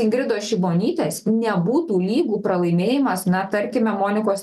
ingridos šimonytės nebūtų lygu pralaimėjimas na tarkime monikos